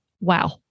wow